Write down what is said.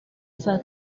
saa